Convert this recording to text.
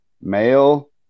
male